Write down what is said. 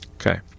Okay